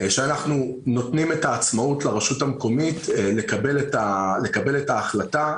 לתת עצמאות לרשות המקומית לקבל את ההחלטה.